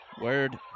Word